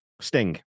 Sting